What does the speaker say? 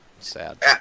sad